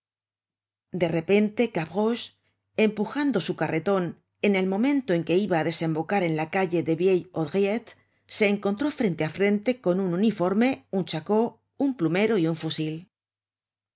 de repente gavroche empujando su carreton en el momento en que iba á desembocar en la calle de vieilles haudriettes se encontró frente á frente con un uniforme un chacó un plumero y un fusil